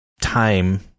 time